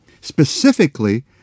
specifically